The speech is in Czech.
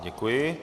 Děkuji.